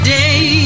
day